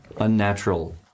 Unnatural